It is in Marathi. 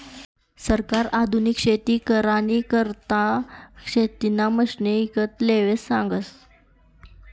सरकार आधुनिक शेती करानी करता शेतीना मशिने ईकत लेवाले सांगस